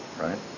right